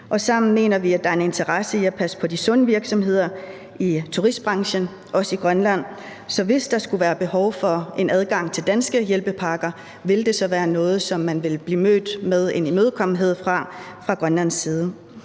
sammen mener vi, at der er en interesse i at passe på de sunde virksomheder i turistbranchen, også i Grønland. Så hvis der skulle være behov for en adgang til danske hjælpepakker, ville det så være noget, som man i Grønland ville blive mødt med en imødekommenhed i forhold til?